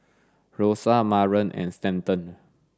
Rosa Maren and Stanton